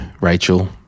Rachel